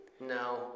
No